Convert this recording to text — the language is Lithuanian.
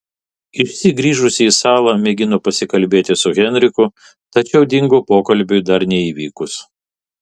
išsyk grįžusi į salą mėgino pasikalbėti su henriku tačiau dingo pokalbiui dar neįvykus